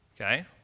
okay